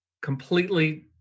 completely